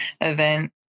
event